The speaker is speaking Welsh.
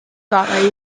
gorau